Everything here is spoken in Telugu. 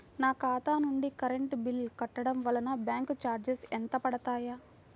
నా ఖాతా నుండి కరెంట్ బిల్ కట్టడం వలన బ్యాంకు చార్జెస్ ఎంత పడతాయా?